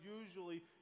usually